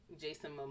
Jason